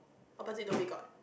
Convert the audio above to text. opposite Dhoby-Ghaut